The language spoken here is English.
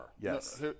Yes